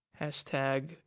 hashtag